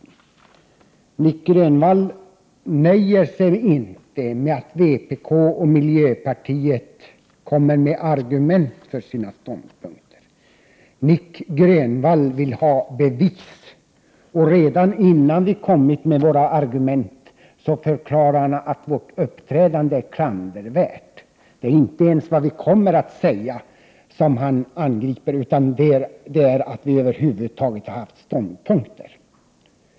Nic Grönvall nöjer sig inte med att vpk och miljöpartiet kommer med argument för sina ståndpunkter. Nic Grönvall vill ha bevis. Redan innan vi kommit med våra argument, förklarar han att vårt uppträdande är klandervärt. Det är inte ens vad vi kommer att säga som han angriper, utan att vi över huvud taget har haft ståndpunkter.